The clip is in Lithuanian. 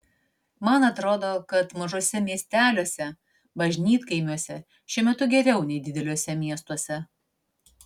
man atrodo kad mažuose miesteliuose bažnytkaimiuose šiuo metu geriau nei dideliuose miestuose